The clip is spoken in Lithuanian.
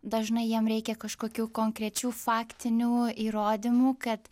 dažnai jam reikia kažkokių konkrečių faktinių įrodymų kad